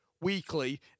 weekly